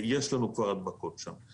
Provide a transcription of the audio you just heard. יש לנו כבר הדבקות שם.